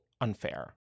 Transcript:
unfair